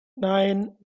nein